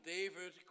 David